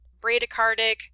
bradycardic